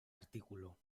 artículo